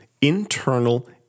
internal